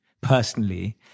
personally